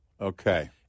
Okay